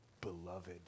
beloved